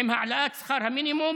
עם העלאת שכר המינימום